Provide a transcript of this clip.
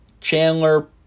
Chandler